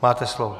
Máte slovo.